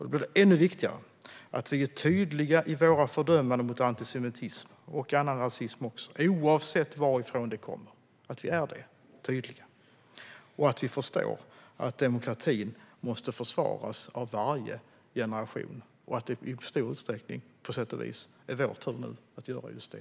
Då blir det ännu viktigare att vi är tydliga i våra fördömanden av antisemitism och annan rasism, oavsett varifrån den kommer, och att vi förstår att demokratin måste försvaras av varje generation och att det i stor utsträckning på sätt och vis nu är vår tur att göra just det.